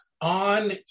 on